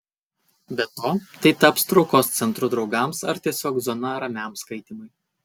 be to tai tai taps traukos centru draugams ar tiesiog zona ramiam skaitymui